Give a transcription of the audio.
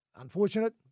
Unfortunate